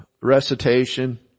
recitation